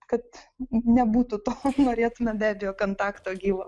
kad nebūtų to norėtumėm be abejo kontakto gyvo